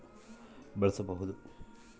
ಜೋಳವು Africa, Asia ದೇಶಗಳ ಆಹಾರ ದಾನ್ಯವಾಗಿ ಬಳಸ್ತಾರ